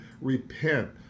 repent